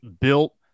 Built